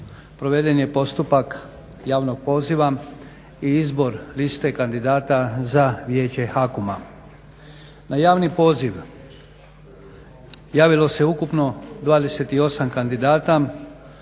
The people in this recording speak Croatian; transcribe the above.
proveden je postupak javnog poziva i izbor liste kandidata za Vijeće HAKOM-a. Na javni poziv javilo se ukupno 28 kandidata,